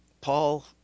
paul